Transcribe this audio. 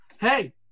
hey